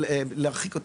אבל קצת להרחיק אותם.